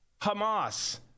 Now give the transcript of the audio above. Hamas